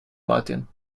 martin